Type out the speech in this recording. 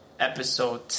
episode